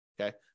okay